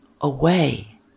away